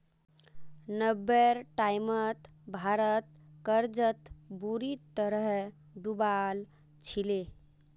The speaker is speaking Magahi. नब्बेर टाइमत भारत कर्जत बुरी तरह डूबाल छिले